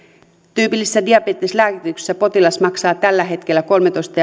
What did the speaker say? tyypillisessä diabeteslääkityksessä potilas maksaa tällä hetkellä kolmetoista